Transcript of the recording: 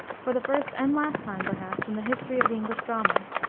for the first and last time, perhaps, in the history of the english drama,